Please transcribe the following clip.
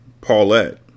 Paulette